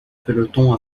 peloton